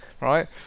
right